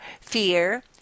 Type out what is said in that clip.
fear